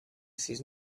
sis